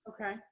okay